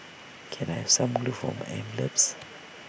can I have some glue for my envelopes